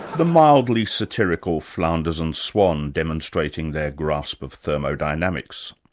the mildly satirical flanders and swann demonstrating their grasp of thermodynamics.